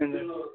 हुन्छ